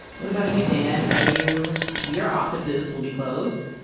what about you, dan? are you your offices will be closed?